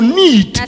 need